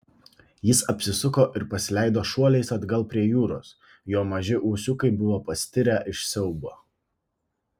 jis apsisuko ir pasileido šuoliais atgal prie jūros jo maži ūsiukai buvo pastirę iš siaubo